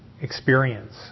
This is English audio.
experience